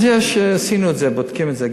אז עשינו את זה, בודקים את זה.